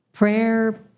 Prayer